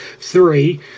three